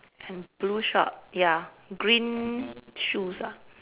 and blue short ya green shoes ah